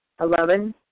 Eleven